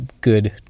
good